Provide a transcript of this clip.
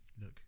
look